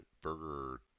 Burger